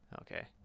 Okay